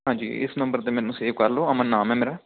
ਹਾਂਜੀ ਇਸ ਨੰਬਰ 'ਤੇ ਮੈਨੂੰ ਸੇਵ ਕਰ ਲਓ ਅਮਨ ਨਾਮ ਹੈ ਮੇਰਾ